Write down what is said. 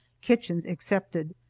kitchens excepted.